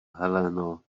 heleno